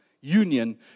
union